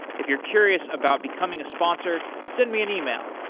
if you're curious about becoming a sponsor, send me an email,